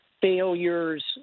failures